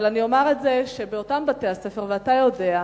אבל אני אומר את זה, שבאותם בתי-הספר, ואתה יודע,